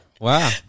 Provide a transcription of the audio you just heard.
Wow